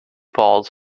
falls